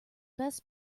best